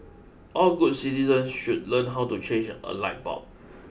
all good citizens should learn how to change a light bulb